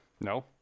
No